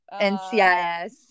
NCIS